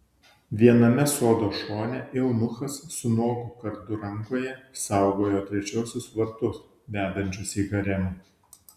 viename sodo šone eunuchas su nuogu kardu rankoje saugojo trečiuosius vartus vedančius į haremą